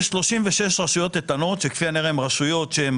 יש 36 רשויות איתנות שכפי הנראה הן רשויות שהן